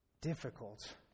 difficult